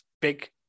big